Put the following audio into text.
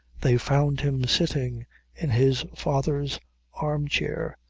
they found him sitting in his father's arm chair,